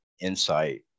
insight